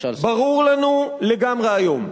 ברור לנו לגמרי היום: